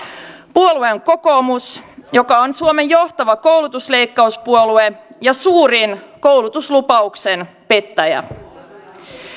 puolue on kokoomus joka on suomen johtava koulutusleikkauspuolue ja suurin koulutuslupauksen pettäjä